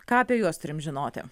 ką apie juos turim žinoti